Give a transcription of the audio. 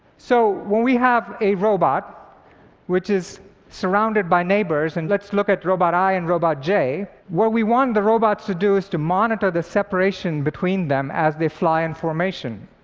so when we have a robot which is surrounded by neighbors and let's look at robot i and robot j what we want the robots to do, is to monitor the separation between them, as they fly in formation.